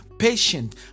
patient